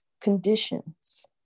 conditions